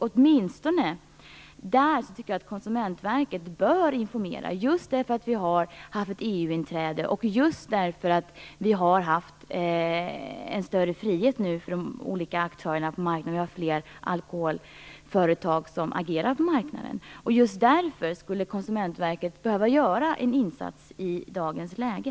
Åtminstone där bör Konsumentverket informera, just därför att vi har gått med i EU och fått en större frihet för de olika aktörerna på marknaden. Det finns fler alkoholföretag som agerar på marknaden. Just därför skulle Konsumentverket behöva göra en insats i dagens läge.